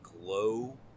glow